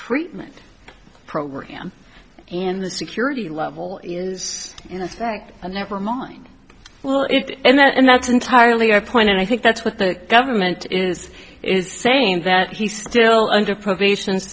treatment program and the security level is in effect and never mind well if and that's entirely your point and i think that's what the government is saying that he still under probation